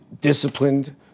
disciplined